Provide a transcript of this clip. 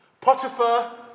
Potiphar